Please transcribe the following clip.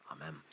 Amen